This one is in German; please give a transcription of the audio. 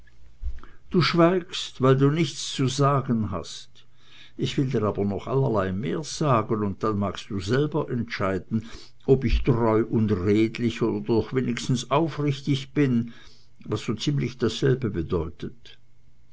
du schweigst weil du nichts zu sagen hast ich will dir aber noch allerlei mehr sagen und dann magst du selber entscheiden ob ich treu und redlich oder doch wenigstens aufrichtig bin was so ziemlich dasselbe bedeutet